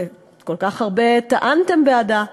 שכל כך הרבה טענתם בעדה.